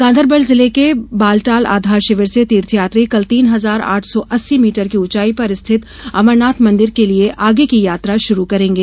गांदरबल ज़िले के बालटाल आधार शिविर से तीर्थयात्री कल तीन हज़ार आठ सौ अस्सी मीटर की ऊंचाई पर स्थित अमरनाथ मंदिर के लिये आगे की यात्रा शुरू करेंगे